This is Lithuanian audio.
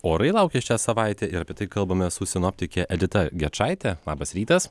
orai laukia šią savaitę ir apie tai kalbamės su sinoptike edita gečaite labas rytas